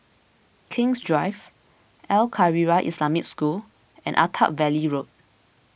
King's Drive Al Khairiah Islamic School and Attap Valley Road